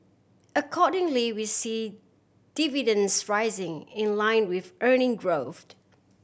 accordingly we see dividends rising in line with earning growth